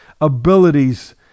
abilities